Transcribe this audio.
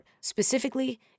specifically